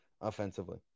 offensively